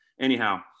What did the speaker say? Anyhow